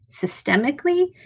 systemically